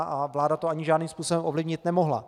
A vláda to ani žádným způsobem ovlivnit nemohla.